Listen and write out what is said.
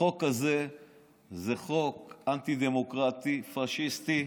החוק הזה זה חוק אנטי-דמוקרטי, פשיסטי.